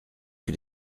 que